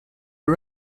are